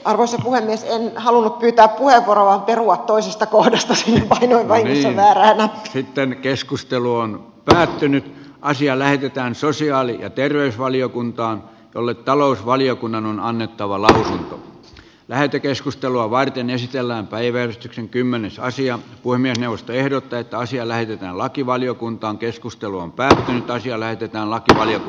arvoisa puhemies ei halunnut pitää puheenvuoro on perua toisesta kurkistus vankien määrä on siten keskustelu on päättynyt ja asia lähetetään sosiaali ja terveysvaliokuntaan jolle talousvaliokunnan on annettava lain lähetekeskustelua varten esitellään päiväystyksen kymmenessä asian puhemiesneuvosto ehdottaa että asia lähetetään lakivaliokuntaan keskustelu on päättynyt ja löytyy töitä